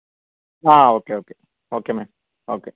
ആ okay okay okay ma'am okay